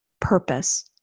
purpose